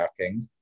DraftKings